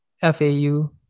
FAU